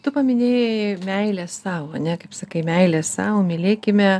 tu paminėjai meilę sau ane kaip sakai meilė sau mylėkime